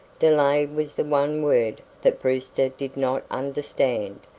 delay was the one word that brewster did not understand,